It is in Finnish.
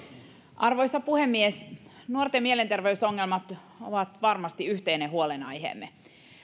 arvoisa puhemies nuorten mielenterveysongelmat ovat varmasti yhteinen huolenaiheemme